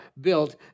built